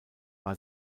war